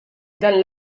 dan